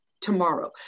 tomorrow